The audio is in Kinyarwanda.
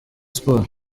sports